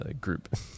group